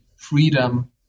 freedom